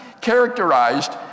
characterized